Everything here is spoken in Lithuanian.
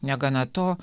negana to